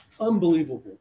unbelievable